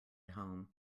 home